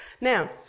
Now